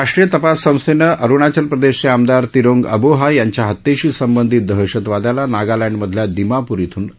राष्ट्रीय तपास संस्थेनं अरुणाचल प्रदेशचे आमदार तिरोंग अबोहा यांच्या हत्येशी संबंधित दहशतवाद्याला नागालँडमधल्या दिमापूर इथून अटक केली